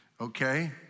Okay